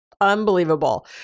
unbelievable